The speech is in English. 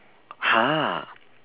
ha